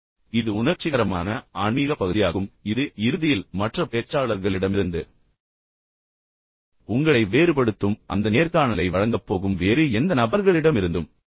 எனவே இது உணர்ச்சிகரமான ஆன்மீக பகுதியாகும் இது இறுதியில் மற்ற பேச்சாளர்களிடமிருந்து உங்களை வேறுபடுத்தும் அந்த நேர்காணலை வழங்கப் போகும் வேறு எந்த நபர்களிடமிருந்தும்